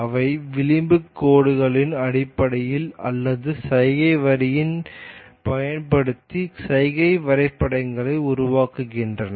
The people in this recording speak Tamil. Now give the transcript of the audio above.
அவை விளிம்பு கோடுகளின் அடிப்படையில் அல்லது சைகை வரிகளைப் பயன்படுத்தி சைகை வரைபடங்களை உருவாக்குகின்றன